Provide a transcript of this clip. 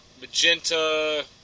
Magenta